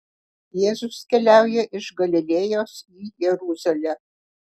jėzus keliauja iš galilėjos į jeruzalę